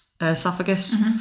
esophagus